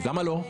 למה לא?